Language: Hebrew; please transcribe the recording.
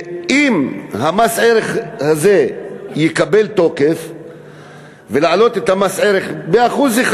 אם מס הערך הזה יקבל תוקף ויעלה ב-1%,